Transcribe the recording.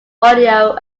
audio